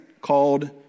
called